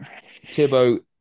Thibaut